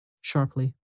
sharply